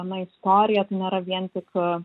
na istorija nėra vien tik